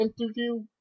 interview